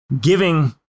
giving